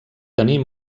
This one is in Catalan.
tenir